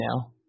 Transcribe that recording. now